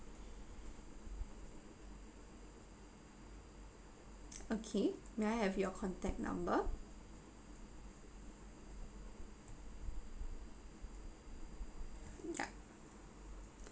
okay may I have your contact number yup